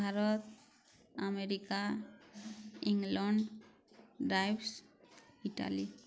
Bharat America England Italy